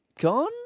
gone